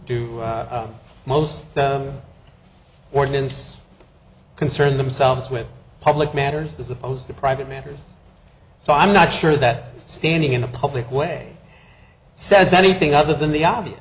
do most ordinance concern themselves with public matters as opposed to private matters so i'm not sure that standing in a public way says anything other than the obvious